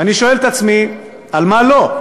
ואני שואל את עצמי: על מה לא?